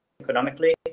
economically